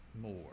more